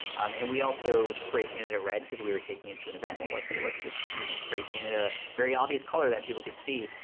and we also spray painted it red cause we were taking it to an event, and we're like, hey, let's just you know spray paint it a very obvious color that people could see,